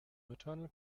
maternal